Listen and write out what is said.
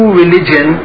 religion